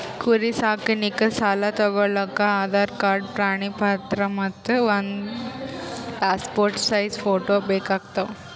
ಕುರಿ ಸಾಕಾಣಿಕೆ ಸಾಲಾ ತಗೋಳಕ್ಕ ಆಧಾರ್ ಕಾರ್ಡ್ ಪಾಣಿ ಪತ್ರ ಮತ್ತ್ ಒಂದ್ ಪಾಸ್ಪೋರ್ಟ್ ಸೈಜ್ ಫೋಟೋ ಬೇಕಾತವ್